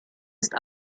ist